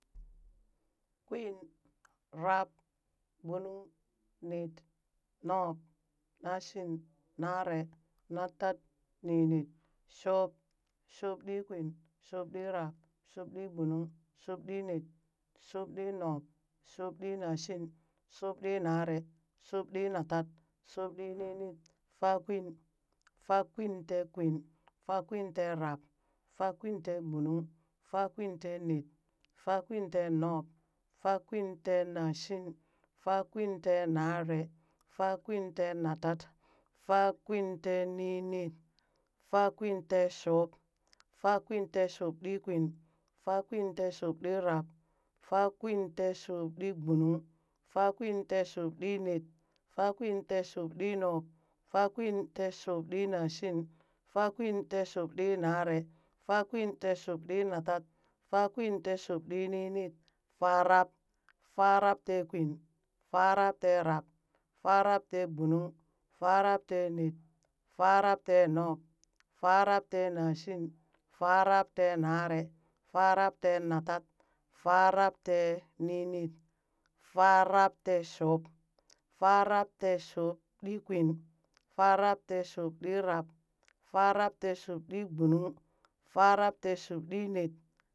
Kwin, rab, gbunug, net, nub, nashin, nare, natat, ninit, shub, shubɗikwin, shubɗirab, shubɗigbunung, shubɗinet, shubɗinub, shubɗinashin, shubɗinaree, shubɗinatat, shubɗininit, faakwin, faakwintekwin, faakwinterab, faakwinteegbunung, faakwinteenet, faakwinteenub, faakwinteenashin, faakwinteenaare, faakwinteenatat, faakwinteninit, faakwinteeshub, faakwinteeshubɗikwin, faateeshubɗirab, faakwinteeshubɗibgunung, faakwinteeshubɗinet, faakwinteeshubɗinub, faakwinteeshubɗinashing, faakwinteeshubɗinaree, faakwinteeshuɗinatat, faakwinteeshubɗininit, faarab, faarabteekwin, faarabteerab, faarabteegbunung, farabteenet, faarabteenub, faarabteenashin, faarabteenaree, farabteenatat, faarabteeninit, farabteeshub, farabteeshubɗikwin, faarabteeshubɗirab, faarabteeshubɗigbunung, faarabteeshubɗiinet.